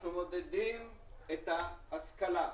אנחנו מודדים את ההשכלה.